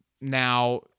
now